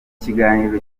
kiganiro